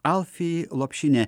alfi lopšinė